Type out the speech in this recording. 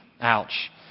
Ouch